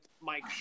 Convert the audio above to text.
Mike